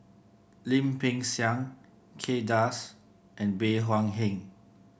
Lim Peng Siang Kay Das and Bey Hua Heng